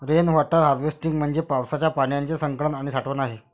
rain water harvesting म्हणजे पावसाच्या पाण्याचे संकलन आणि साठवण आहे